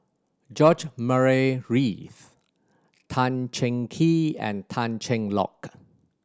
George Murray Reith Tan Cheng Kee and Tan Cheng Lock